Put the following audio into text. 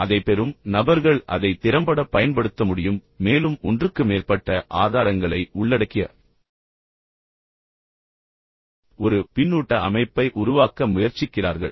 எனவே அதைப் பெறும் நபர்கள் அதை திறம்படப் பயன்படுத்த முடியும் மேலும் ஒன்றுக்கு மேற்பட்ட ஆதாரங்களை உள்ளடக்கிய ஒரு பின்னூட்ட அமைப்பை உருவாக்க முயற்சிக்கிறார்கள்